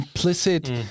Implicit